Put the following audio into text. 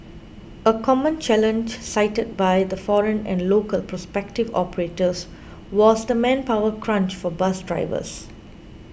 a common challenge cited by the foreign and local prospective operators was the manpower crunch for bus drivers